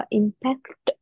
impact